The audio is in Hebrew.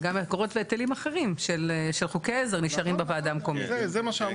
ואני כן חושב, לא יודע, גם אם זה צריך או